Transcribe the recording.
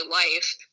life